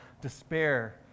Despair